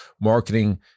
marketing